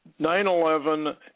9-11